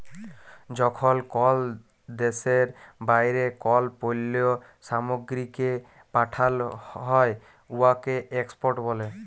যখল কল দ্যাশের বাইরে কল পল্ল্য সামগ্রীকে পাঠাল হ্যয় উয়াকে এক্সপর্ট ব্যলে